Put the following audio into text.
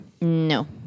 No